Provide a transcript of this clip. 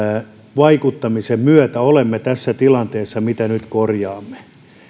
vaikuttamisen myötä olemme tässä tilanteessa mitä nyt korjaamme